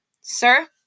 Sir